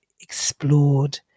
explored